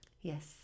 Yes